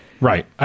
Right